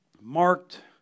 marked